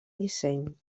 disseny